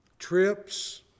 Trips